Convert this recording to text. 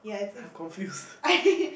I'm confused